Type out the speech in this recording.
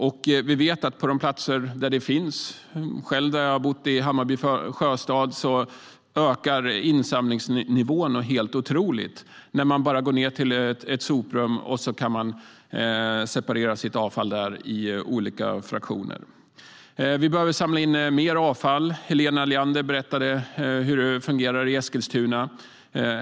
I Hammarby sjöstad där jag har bott ökar insamlingsnivåerna helt otroligt när man bara kan gå ned till ett soprum och separera sitt avfall i olika fraktioner. Vi behöver samla in mer avfall. Helena Leander berättade hur det fungerar i Eskilstuna.